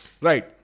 right